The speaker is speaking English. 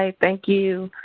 ah thank you.